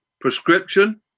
prescription